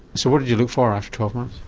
so what did you look for after twelve months?